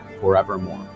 forevermore